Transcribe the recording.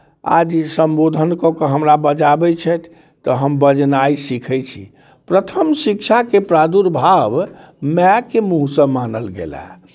आदि सम्बोधन कऽ कऽ हमरा बजाबैत छथि तऽ हम बजनाइ सीखैत छी प्रथम शिक्षाके प्रादुर्भाव मायके मूँहसँ मानल गेलए